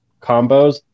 combos